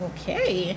Okay